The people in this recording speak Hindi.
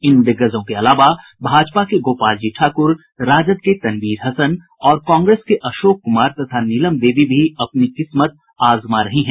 इन दिग्गजों के अलावा भाजपा के गोपालजी ठाकुर राजद के तनवीर हसन और कांग्रेस के अशोक कुमार तथा नीलम देवी भी अपनी किस्मत आजमा रही हैं